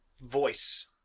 voice